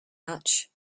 much